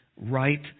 right